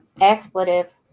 Expletive